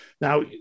Now